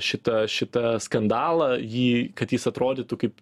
šitą šitą skandalą jį kad jis atrodytų kaip